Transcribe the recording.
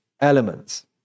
elements